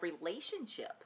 relationship